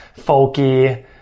folky